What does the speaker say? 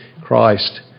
Christ